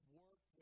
work